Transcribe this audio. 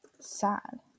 sad